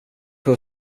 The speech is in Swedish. jag